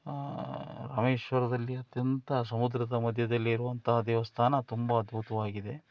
ರಾಮೇಶ್ವರದಲ್ಲಿ ಅತ್ಯಂತ ಸಮುದ್ರದ ಮಧ್ಯದಲ್ಲಿರುವಂಥ ದೇವಸ್ಥಾನ ತುಂಬ ಅದ್ಭುತವಾಗಿದೆ